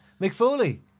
McFoley